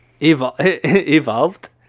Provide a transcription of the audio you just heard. Evolved